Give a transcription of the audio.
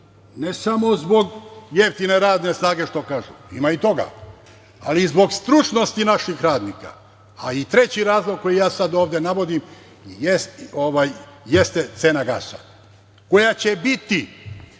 Ne samo zbog jeftine radne snage, kako kažu, mada ima i toga, ali i zbog stručnosti naših radnika. I treći razlog koji ja sad ovde navodim jeste cena gasa, koja će biti